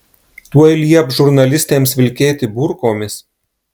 tuoj lieps žurnalistėms vilkėti burkomis